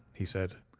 he said.